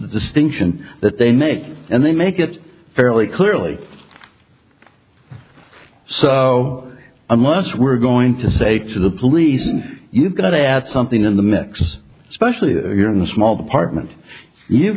distinction that they make and they make it fairly clearly so unless we're going to say to the police you've got to add something in the mix especially if you're in a small department you've